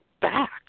back